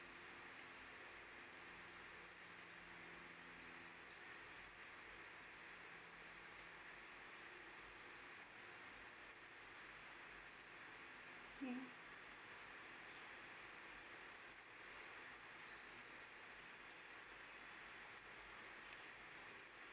mm